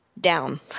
down